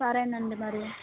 సరేనండి మరి